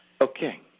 Okay